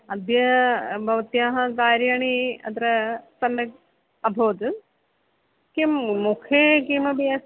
अद्य भवत्याः कार्याणि अत्र सम्यक् अभवत् किं मुखे किमपि अस्